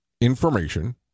information